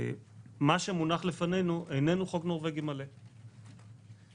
"זהו לא חוק נורבגי בלונדיני ותכול עיניים,